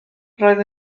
roedd